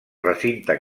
recinte